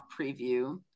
preview